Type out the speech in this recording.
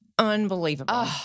unbelievable